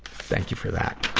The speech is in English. thank you for that.